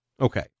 Okay